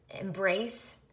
embrace